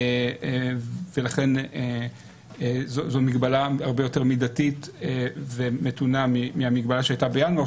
ולכן זו מגבלה הרבה יותר מידתית ומתונה מהמגבלה שהייתה בינואר,